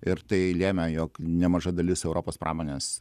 ir tai lėmė jog nemaža dalis europos pramonės